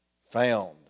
found